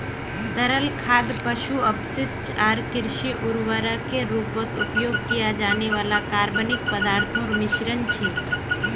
तरल खाद पशु अपशिष्ट आर कृषि उर्वरकेर रूपत उपयोग किया जाने वाला कार्बनिक पदार्थोंर मिश्रण छे